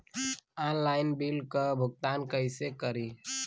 Online bill क भुगतान कईसे करी?